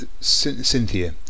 Cynthia